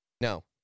No